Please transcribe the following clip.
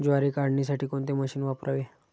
ज्वारी काढण्यासाठी कोणते मशीन वापरावे?